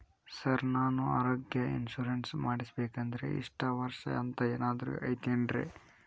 Sir ನಾನು ಆರೋಗ್ಯ insurance ಮಾಡಿಸ್ಬೇಕಂದ್ರೆ ಇಷ್ಟ ವರ್ಷ ಅಂಥ ಏನಾದ್ರು ಐತೇನ್ರೇ?